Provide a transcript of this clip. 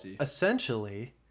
essentially